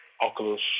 Oculus